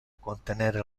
contenere